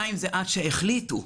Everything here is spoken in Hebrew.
עד שהחליטו,